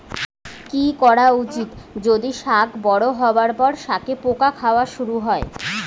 কি করা উচিৎ যদি শাক বড়ো হবার পর থাকি পোকা খাওয়া শুরু হয়?